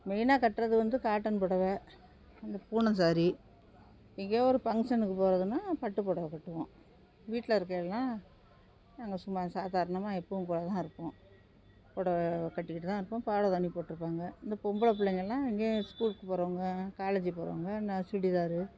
மெய்னாக கற்றது வந்து காட்டன் புடவை இந்த பூனம் சாரி எங்கேயோ ஒரு ஃபங்க்ஷனுக்கு போகறதுனா பட்டு புடவ கட்டுவோம் வீட்டில் இருக்கைலான நாங்கள் சும்மா சாதாரணமாக எப்போவும் போல் தான் இருப்போம் புடவை கட்டிக்கிட்டு தான் இருப்போம் பாவாடை தாவணி போட்டுருப்பாங்க இந்த பொம்பளை பிள்ளைங்கலான் எங்கையும் ஸ்கூலுக்கு போகறவங்க காலேஜ் போகறவங்க என்ன சுடிதாரு